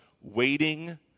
waiting